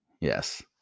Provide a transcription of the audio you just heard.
yes